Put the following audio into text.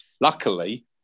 luckily